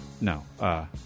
No